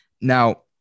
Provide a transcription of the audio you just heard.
Now